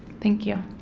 thank you.